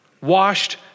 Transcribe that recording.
washed